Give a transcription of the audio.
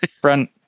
front